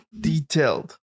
Detailed